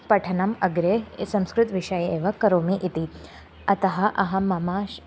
पठनम् अग्रे संस्कृतविषये एव करोमि इति अतः अहं मम श्